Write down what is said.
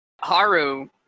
Haru